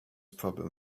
problem